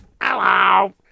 Hello